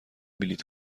بلیط